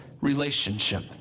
relationship